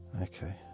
Okay